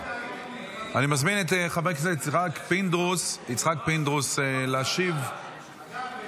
אני מזמין את חבר הכנסת יצחק פינדרוס להשיב למסתייגים,